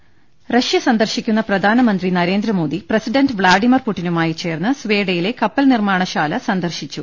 ൾ ൽ ൾ റഷ്യ സന്ദർശിക്കുന്ന പ്രധാനമന്ത്രി നരേന്ദ്രമോദി പ്രസിഡണ്ട് വ്ളാഡിമിർ പുടിനുമായി ചേർന്ന് സ്വേഡയിലെ കപ്പൽ നിർമാണശാല സന്ദർശിച്ചു